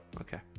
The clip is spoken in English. Okay